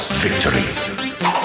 victory